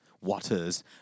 waters